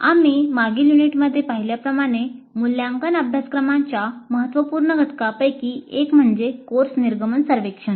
आम्ही मागील युनिटमध्ये पाहिल्याप्रमाणे मूल्यांकन अभ्यासक्रमाच्या महत्त्वपूर्ण घटकांपैकी एक म्हणजे कोर्स निर्गमन सर्वेक्षण